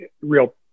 real